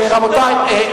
שום דבר.